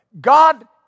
God